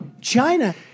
China